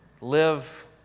live